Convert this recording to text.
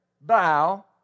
bow